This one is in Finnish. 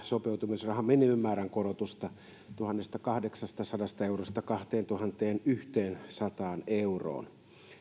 sopeutumisrahan minimimäärän korotusta tuhannestakahdeksastasadasta eurosta kahteentuhanteensataan euroon